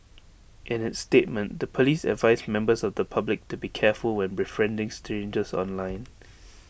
in its statement the Police advised members of the public to be careful when befriending strangers online